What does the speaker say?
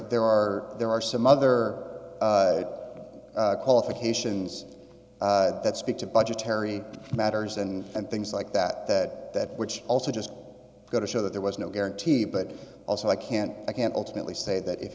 there are there are some other qualifications that speak to budgetary matters and things like that that which also just go to show that there was no guarantee but also i can't i can't ultimately say that if